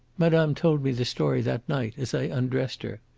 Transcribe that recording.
madame told me the story that night as i undressed her.